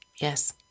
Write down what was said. Yes